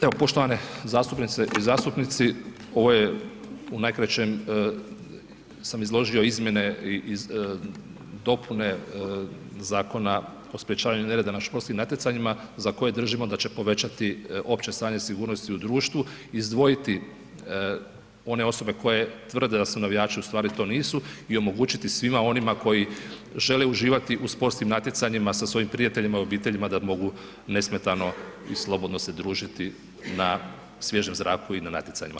Evo poštovane zastupnice i zastupnici, ovo je u najkraćem sam izložio izmjene i dopune Zakona o sprječavanju nereda na športskim natjecanjima za koje držimo da će povećati opće stanje sigurnosti u društvu, izdvojiti one osobe koje tvrde da su navijači a ustvari to nisu i omogućiti svima onima koji žele uživati u sportskim natjecanjima sa svojim prijateljima i obiteljima, da mogu nesmetano i slobodno se družiti na svježem zraku i na natjecanjima.